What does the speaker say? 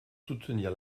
soutenir